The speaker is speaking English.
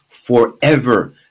forever